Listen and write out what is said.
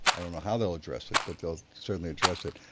i don't know how they'll address it but they'll certainly address it.